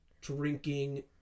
drinking